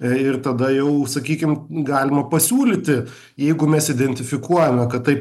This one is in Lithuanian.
ir tada jau sakykim galima pasiūlyti jeigu mes identifikuojame kad taip